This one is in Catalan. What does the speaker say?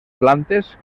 plantes